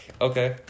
Okay